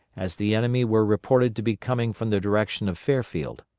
as the enemy were reported to be coming from the direction of fairfield.